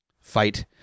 fight